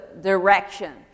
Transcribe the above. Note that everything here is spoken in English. direction